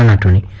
twenty